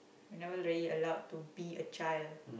you're never really allowed to be a child